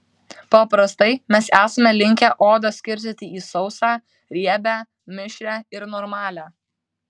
paprastai mes esame linkę odą skirstyti į sausą riebią mišrią ir normalią